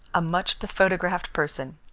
a much bephotographed person.